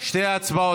שתי הצבעות.